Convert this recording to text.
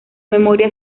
memoria